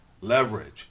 Leverage